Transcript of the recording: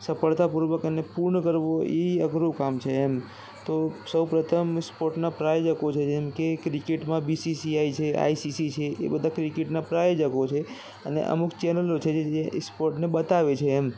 સફળતાપૂર્વક અને પૂર્ણ કરવું એ અઘરું કામ છે એમ તો સૌપ્રથમ સ્પોર્ટના પ્રાયોજકો છે જેમ કે ક્રિકેટમાં બિ સિ સિ આઈ છે આઈ સિ સિ છે એ બધા ક્રેિકેટના પ્રાયોજકો છે અને અમુક ચેનલો છે જે સ્પોર્ટને બતાવે છે એમ